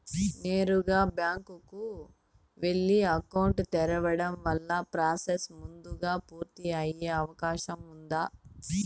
నేరుగా బ్యాంకు కు వెళ్లి అకౌంట్ తెరవడం వల్ల ప్రాసెస్ ముందుగా పూర్తి అయ్యే అవకాశం ఉందా?